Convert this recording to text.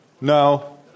No